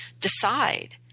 decide